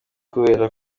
kubera